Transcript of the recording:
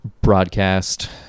broadcast